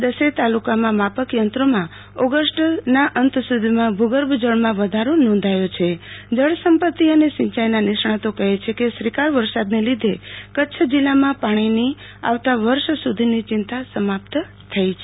દસેય તાલુકામાં માપકયંત્રોમાં ઓગષ્ટ એન્ઠ સુધીમાં ભુગર્લ જળમાં વધારો નોંધાયો છેજળ સંપતિ અને સિયાઈના નિષ્ણાંતો કહે છે કે શ્રીકાર વરસાદને લીધે કચ્છ જિલ્લામાં પાણીની આવતા વર્ષ સુ ધીની ચિંતા સમાપ્ત થઈ છે